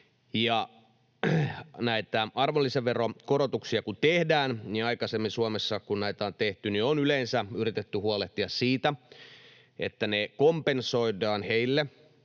arvonlisäveronkorotuksia kun on aikaisemmin Suomessa tehty, on yleensä yritetty huolehtia siitä, että ne kompensoidaan heille,